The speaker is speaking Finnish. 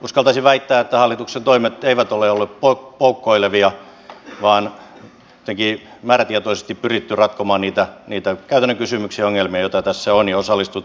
uskaltaisin väittää että hallituksen toimet eivät ole olleet poukkoilevia vaan määrätietoisesti on pyritty ratkomaan niitä käytännön kysymyksiä ja ongelmia joita tässä on ja osallistuttu eurooppalaiseen keskusteluun